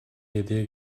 yediye